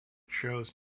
shows